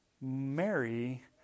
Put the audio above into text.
Mary